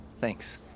Thanks